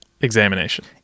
examination